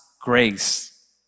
grace